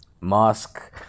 mask